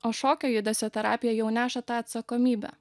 o šokio judesio terapija jau neša tą atsakomybę